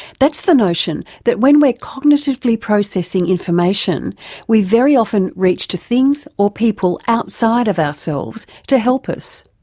that's the notion that when we're cognitively processing information we very often reach to things or people outside of ourselves to help us.